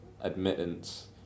admittance